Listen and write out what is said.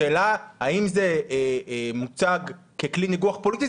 השאלה האם זה מוצג ככלי ניגוח פוליטי,